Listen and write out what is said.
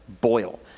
boil